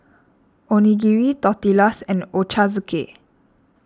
Onigiri Tortillas and Ochazuke